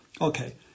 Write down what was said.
Okay